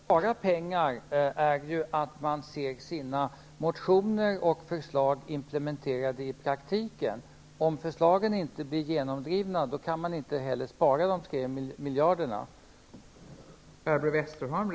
Fru talman! En möjlighet att kunna spara pengar är att man får se sina motioner och förslag implementerade i praktiken. Om förslagen inte blir genomdrivna, kan inte heller de 3 miljarderna inbesparas.